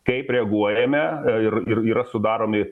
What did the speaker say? kaip reaguojame ir ir yra sudaromi